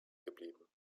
geblieben